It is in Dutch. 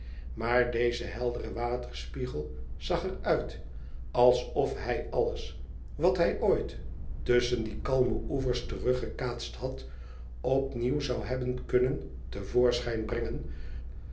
maar deze heldere waterspiegel zag er uit alsof hij alles wat hij ooit tusschen die kalme oevers teruggekaatst had opnieuw zou hebben kunnen te voorschijn brengen